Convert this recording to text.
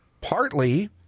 partly